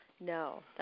No